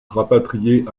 rapatrié